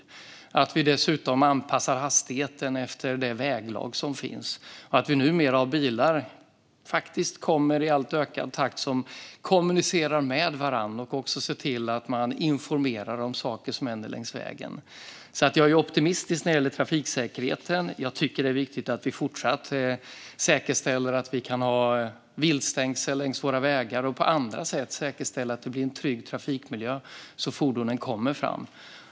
Det handlar dessutom om att vi anpassar hastigheten efter det väglag som råder och att det nu i allt högre takt faktiskt kommer bilar som kommunicerar med varandra och ser till att informera om saker som händer längs vägen. Jag är alltså optimistisk när det gäller trafiksäkerheten. Jag tycker att det är viktigt att vi fortsatt säkerställer att vi kan ha viltstängsel längs våra vägar och på andra sätt säkerställer att det blir en trygg trafikmiljö så att fordonen kommer fram.